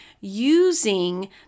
using